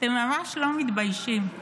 אתם ממש לא מתביישים.